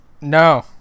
No